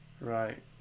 Right